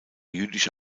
jüdische